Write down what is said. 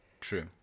True